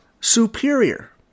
superior